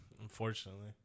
Unfortunately